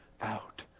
out